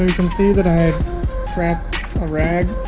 um see that i have wrapped a rag